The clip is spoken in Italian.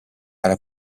alla